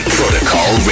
Protocol